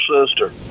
sister